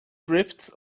drifts